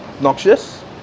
Noxious